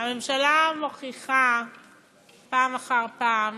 הממשלה מוכיחה פעם אחר פעם